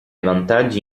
vantaggi